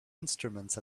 instruments